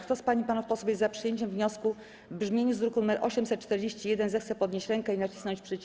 Kto z pań i panów posłów jest za przyjęciem wniosku w brzmieniu z druku nr 841, zechce podnieść rękę i nacisnąć przycisk.